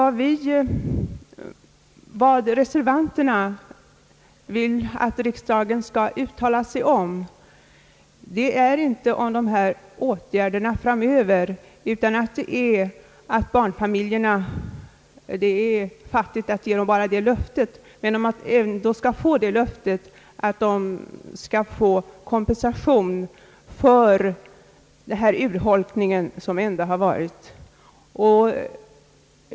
Vad reservanterna vill att riksdagen skall uttala sig om nu är inte åtgärderna framöver utan ett återställande av förmånernas värde — det är visserligen fattigt att ge barnfamiljerna bara ett löfte om kompensation för den urholkning som ändå har förekommit.